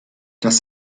das